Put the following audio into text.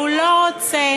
שהוא לא רוצה